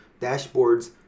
dashboards